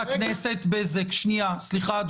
סליחה,